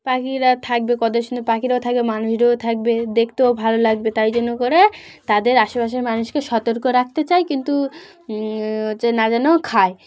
পাখিরা থাকবে কত সুন্দর পাখিরাও থাকবে মানুষরাও থাকবে দেখতেও ভালো লাগবে তাই জন্য করে তাদের আশেপাশের মানুষকে সতর্ক রাখতে চাই কিন্তু হচ্ছে না যেন খায়